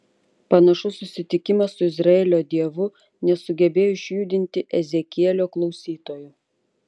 panašus susitikimas su izraelio dievu nesugebėjo išjudinti ezekielio klausytojų